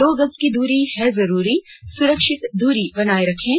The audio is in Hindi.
दो गज की दूरी है जरूरी सुरक्षित दूरी बनाए रखें